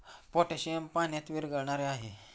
potassium पाण्यात विरघळणारे आहे